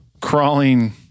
crawling